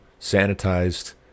sanitized